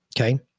okay